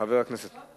חבר הכנסת פלסנר.